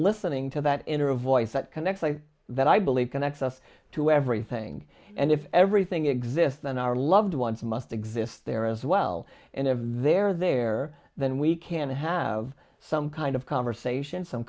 listening to that inner a voice that connects like that i believe connects us to everything and if everything exists then our loved ones must exist there as well and if they're there then we can have some kind of conversation some